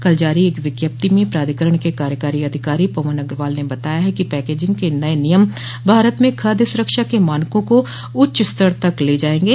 कल जारी एक विज्ञप्ति में प्राधिकरण के कार्यकारी अधिकारी पवन अग्रवाल ने बताया है कि पैकेजिंग के नए नियम भारत में खाद्य सुरक्षा के मानकों को उच्च स्तर तक ले जाएंगे